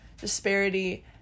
disparity